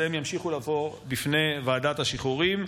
ימשיכו לבוא בפני ועדת השחרורים,